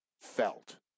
Felt